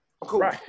cool